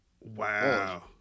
Wow